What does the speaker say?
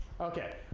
Okay